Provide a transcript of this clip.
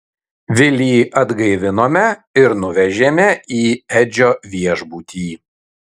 vilį atgaivinome ir nuvežėme į edžio viešbutį